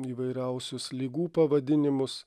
įvairiausius ligų pavadinimus